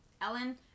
Ellen